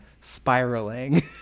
spiraling